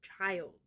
child